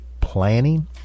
planning